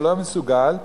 שלא מסוגל,